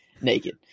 naked